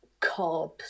carbs